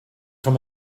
from